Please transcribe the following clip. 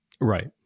Right